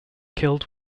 killed